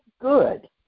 good